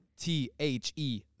T-H-E